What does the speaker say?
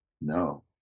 no